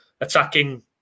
attacking